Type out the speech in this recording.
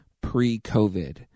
pre-COVID